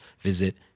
visit